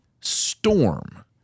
storm